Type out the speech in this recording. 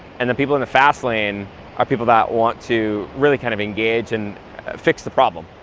and the people in the fast lane are people that want to really kind of engage, and fix the problem,